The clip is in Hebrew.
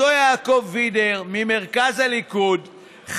אותו יעקב וידר ממרכז הליכוד,